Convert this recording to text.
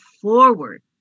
forward